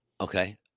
Okay